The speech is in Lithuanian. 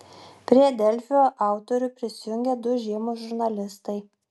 prie delfi autorių prisijungė du žymūs žurnalistai